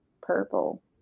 purple